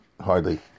hardly